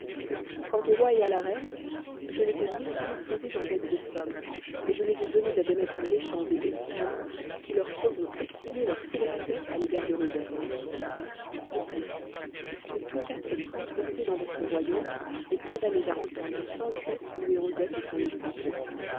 quant au roi et à la reine je les ai métamorphosés en bêtes de somme et je les ai donnés à des maîtres méchants et exigeants qui leur feront expier leur scélératesse à l'égard de rosette de plus ils sont tous quatre transportés dans votre royaume et condamnés à entendre sans cesse louer rosette et son époux